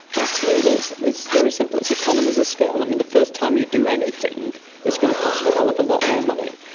absolutely, it's very simple, its economies of scale. i mean, the first time you do anything it's going to cost a hell of a lot more money,